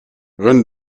run